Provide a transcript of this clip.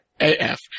AF